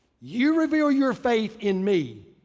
you reveal your faith in me,